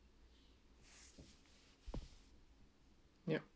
ya